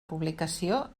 publicació